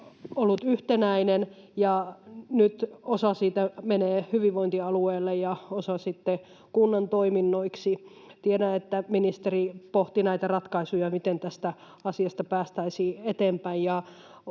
ollut yhtenäinen, ja nyt osa siitä menee hyvinvointialueelle ja osa sitten kunnan toiminnoiksi. Tiedän, että ministeri pohti näitä ratkaisuja, miten tässä asiassa päästäisiin eteenpäin,